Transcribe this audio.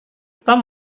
tom